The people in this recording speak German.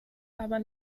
aber